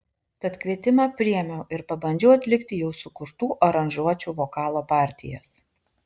tad kvietimą priėmiau ir pabandžiau atlikti jau sukurtų aranžuočių vokalo partijas